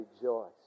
rejoice